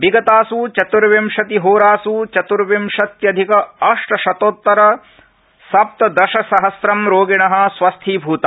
विगतास् चत्र्विशतिहोरास् चत्र्विशत्यधिक अष्टशतोतर सप्तदशसहस्रं रोगिण स्वस्थीभूता